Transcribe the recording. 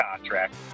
contract